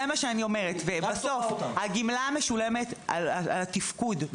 הגמלה בסוף משולמת על התפקוד.